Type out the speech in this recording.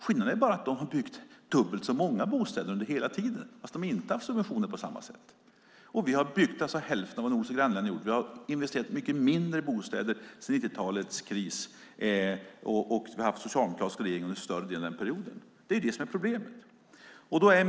Skillnaden är bara att de har byggt dubbelt så många bostäder under hela tiden fast de inte har haft subventioner på samma sätta. Vi har alltså byggt hälften av vad nordiska grannländer har gjort. Vi har investerat mycket mindre i bostäder sedan 90-talets kris, och vi har haft en socialdemokratisk regering under större delen av den perioden. Det är problemet.